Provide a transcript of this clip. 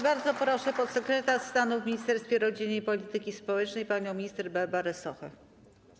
Bardzo proszę podsekretarz stanu w Ministerstwie Rodziny i Polityki Społecznej panią minister Barbarę Sochę.